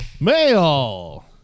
Mail